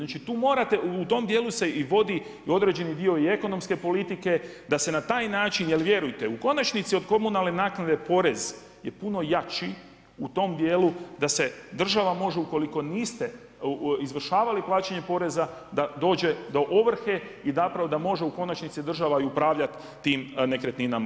Znači tu morate, u tom dijelu se i vodi i određeni dio i ekonomske politike, da se na taj način jel vjerujte, u konačnici od komunalne naknade porez je puno jači, u tom dijelu, da država može, ukoliko niste, izvršavanje plaćanje poreza da dođe do ovrhe i zapravo da može u konačnici država i upravljati tim nekretninama.